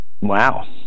wow